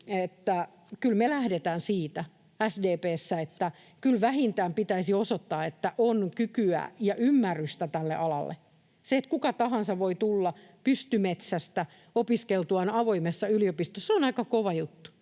kyllä SDP:ssä lähdetään siitä, että kyllä vähintään pitäisi osoittaa, että on kykyä ja ymmärrystä tälle alalle. Se, että kuka tahansa voi tulla pystymetsästä opiskeltuaan avoimessa yliopistossa, on aika kova juttu.